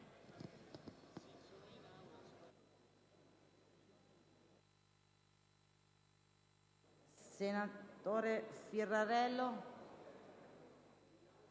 senatore Firrarello.